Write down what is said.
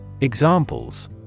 examples